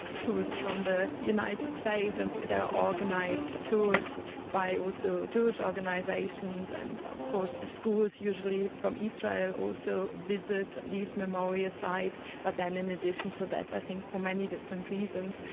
tourists from the united states, and there are organised tours by also jewish organisations and of course schools usually from israel also visit these memorial sites. but then in addition to that i think for many different reasons,